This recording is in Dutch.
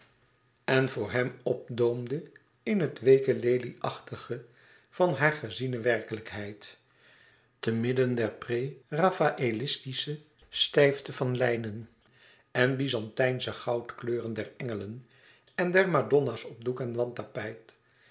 en voor hem opdoomde in het weeke lelieachtige van hare geziene werkelijkheid te midden der prerafaëlitische stijfte van lijnen en byzantijnsche goudkleuren der engelen en der madonna's op doek en